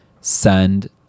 send